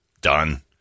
done